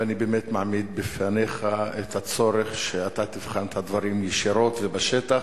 ואני באמת מעמיד בפניך את הצורך שאתה תבחן את הדברים ישירות ובשטח,